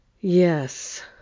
Yes